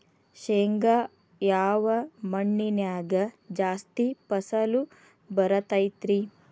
ಶೇಂಗಾ ಯಾವ ಮಣ್ಣಿನ್ಯಾಗ ಜಾಸ್ತಿ ಫಸಲು ಬರತೈತ್ರಿ?